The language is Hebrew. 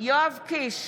יואב קיש,